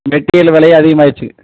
material விலையும் அதிகமாயிருச்சு